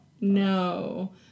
No